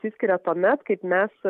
išsiskiria tuomet kaip mes